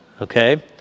okay